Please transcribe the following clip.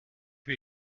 wie